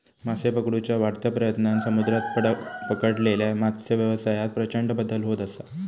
मासे पकडुच्या वाढत्या प्रयत्नांन समुद्रात पकडलेल्या मत्सव्यवसायात प्रचंड बदल होत असा